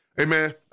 Amen